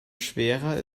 schwerer